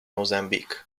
mozambique